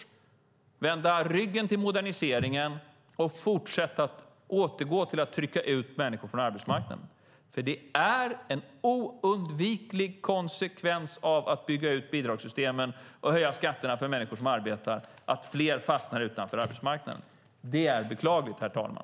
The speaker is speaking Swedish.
De vill vända ryggen till moderniseringen och återgå till att trycka ut människor från arbetsmarknaden, för det är en oundviklig konsekvens av att bygga ut bidragssystemen och höja skatterna för människor som arbetar att fler fastnar utanför arbetsmarknaden. Det är beklagligt, herr talman.